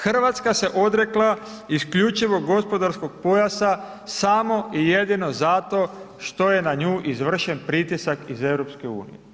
Hrvatska se odrekla isključivog gospodarskog pojasa samo i jedino zato što je na nju izvršen pritisak iz EU.